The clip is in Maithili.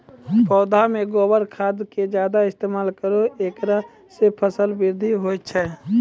पौधा मे गोबर खाद के ज्यादा इस्तेमाल करौ ऐकरा से फसल बृद्धि होय छै?